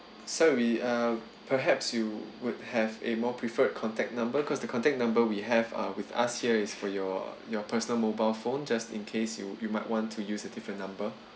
so we uh perhaps you would have a more preferred contact number cause the contact number we have uh with us here is for your your personal mobile phone just in case you you might want to use a different number